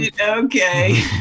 okay